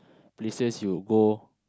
places you go